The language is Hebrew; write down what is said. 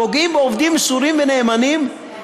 פוגעים בעובדים מסורים ונאמנים,